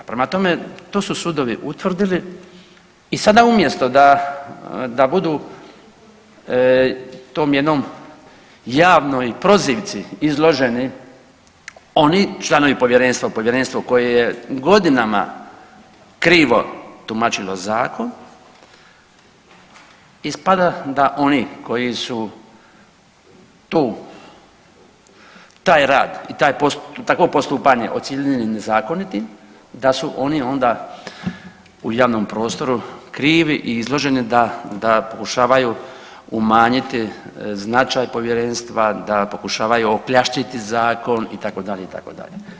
Prema tome, to su sudovi utvrdili i sada umjesto da, da budu tom jednom javnoj prozivci izloženi, oni članovi povjerenstva, povjerenstvo koje je godina krivo tumačilo zakon ispada da oni koji su to, taj rad i takvo postupanje ocijenili nezakonitim da su oni onda u javnom prostoru krivi i izloženi da, da pokušavaju umanjiti značaj povjerenstva, da pokušavaju okljaštiti zakon itd., itd.